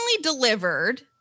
delivered